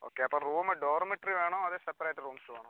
okay അപ്പോൾ room dormitory വേണോ അതോ സെപ്പറേറ്റ് റൂംസ് വേണോ